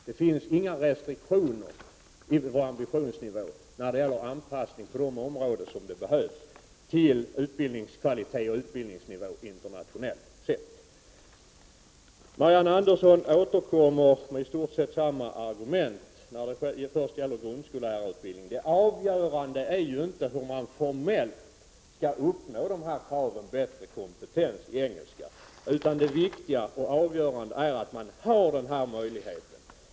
Det finns inga restriktioner i vår ambitionsnivå i fråga om internationell anpassning på de områden där sådan behövs till utbildningskvalitet och utbildningsnivå. Marianne Andersson återkommer med i stort sett samma argument. Först gäller det grundskollärarutbildningen. Det avgörande är ju inte hur man formellt skall uppnå kraven på bättre kompetens i engelska, utan det viktiga och avgörande är att man har denna möjlighet.